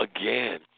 again